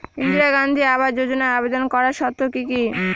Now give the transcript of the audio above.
ইন্দিরা গান্ধী আবাস যোজনায় আবেদন করার শর্ত কি কি?